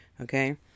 Okay